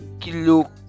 kilo